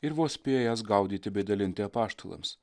ir vos spėja jas gaudyti bei dalinti apaštalams